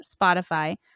Spotify